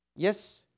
Yes